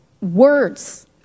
words